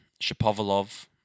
Shapovalov